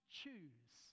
choose